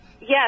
Yes